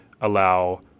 allow